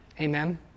Amen